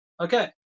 Okay